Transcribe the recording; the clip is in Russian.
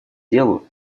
делу